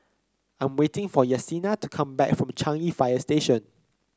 I'm waiting for Yessenia to come back from Changi Fire Station